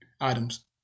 items